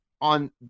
on